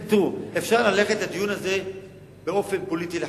אפשר ללכת לדיון הזה באופן פוליטי לחלוטין.